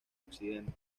occidente